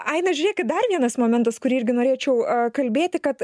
aina žiūrėkit dar vienas momentas kurį irgi norėčiau kalbėti kad